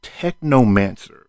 technomancer